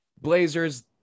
Blazers